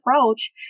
approach